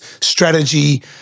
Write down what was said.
strategy